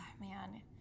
Man